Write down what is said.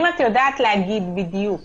אם את יודעת להגיד בדיוק